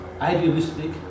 idealistic